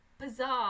Bizarre